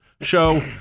show